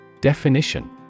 Definition